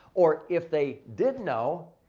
or if they didn't know,